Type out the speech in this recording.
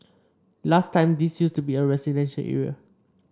last time this used to be a residential area